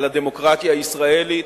על הדמוקרטיה הישראלית.